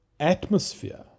atmosphere